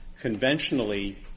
Conventionally